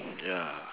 ya